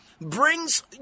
brings